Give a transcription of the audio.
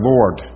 Lord